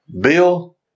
Bill